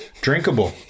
drinkable